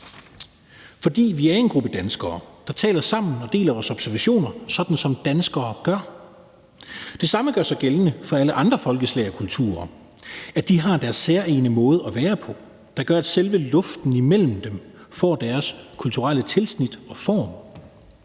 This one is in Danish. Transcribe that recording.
ville være en gruppe danskere, der talte sammen og delte vores observationer, sådan som danskere gør. Det samme gør sig gældende for alle andre folkeslag og kulturer, nemlig at de har deres særegne måde at være på, der gør, at selve luften imellem dem får deres kulturelle tilsnit og